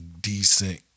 decent